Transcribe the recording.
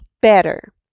better